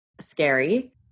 scary